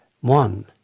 One